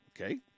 Okay